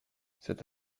cet